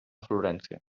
florència